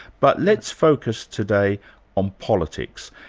but let's focus today on politics.